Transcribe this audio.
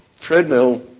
treadmill